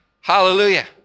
Hallelujah